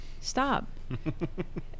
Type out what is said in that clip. stop